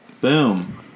boom